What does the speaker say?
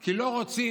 כי לא רוצים,